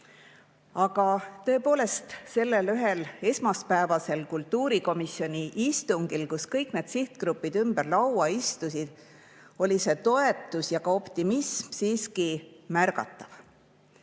Aga tõepoolest, sellel ühel esmaspäevasel kultuurikomisjoni istungil, kui kõik need sihtgrupid ümber laua istusid, oli see toetus ja ka optimism siiski märgatav.